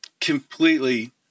completely